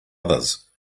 others